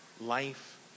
life